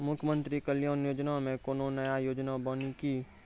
मुख्यमंत्री कल्याण योजना मे कोनो नया योजना बानी की?